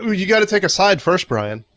you gotta take a side first brian.